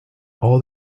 all